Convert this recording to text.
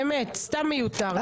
באמת סתם מיותר.